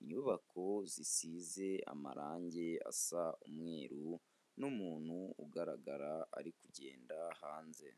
inyubako zisize amarangi asa umweru n'umuntu ugaragara ari kugenda hanze.